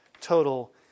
total